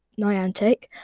Niantic